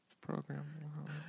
program